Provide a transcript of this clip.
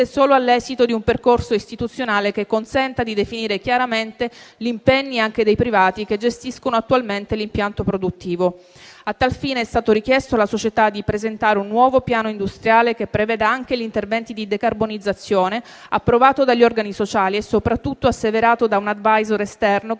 solo all'esito di un percorso istituzionale che consenta di definire chiaramente gli impegni anche dei privati che gestiscono attualmente l'impianto produttivo. A tal fine, è stato richiesto alla società di presentare un nuovo piano industriale che preveda anche l'intervento di decarbonizzazione approvato dagli organi sociali e soprattutto asseverato da un *advisor* esterno che